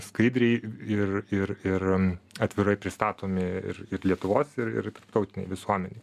skaidriai ir ir ir atvirai pristatomi ir lietuvos ir ir tautinėj visuomenėj